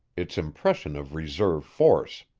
its impression of reserve force.